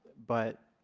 but